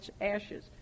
ashes